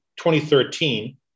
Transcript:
2013